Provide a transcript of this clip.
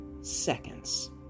seconds